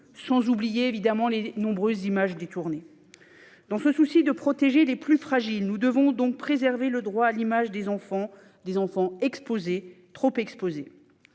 sans oublier les nombreuses images détournées. Dans ce souci de protéger les plus fragiles, nous devons donc préserver le droit à l'image des enfants, des enfants exposés, trop exposés.